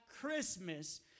Christmas